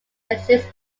exist